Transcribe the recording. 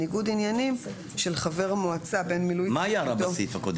מה היה רע בסעיף הקודם?